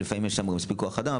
ולפעמים גם אין שם גם מספיק כוח אדם,